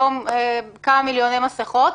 כמה מיליוני מסכות.